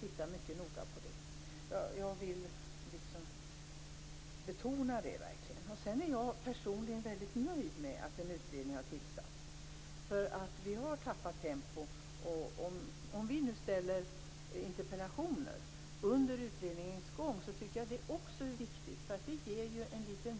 Om det är detta Marianne Samuelsson åsyftar, bidrar jag alltså redan nu med min uppfattning. Låt mig också säga att de djurförsöksetiska nämnderna faktiskt beträffande 75 % av ansökningarna om djurförsök är eniga i sin bedömning. Man kan av debatten här få den uppfattningen att det råder mycket delade meningar i varje prövning,